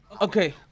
Okay